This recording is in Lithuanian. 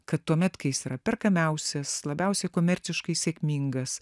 kad tuomet kai jis yra perkamiausias labiausiai komerciškai sėkmingas